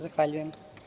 Zahvaljujem.